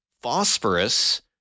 phosphorus